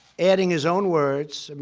adding his own words.